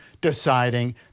deciding